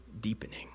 deepening